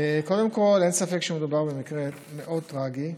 קודם כול, אין ספק שמדובר במקרה מאוד טרגי.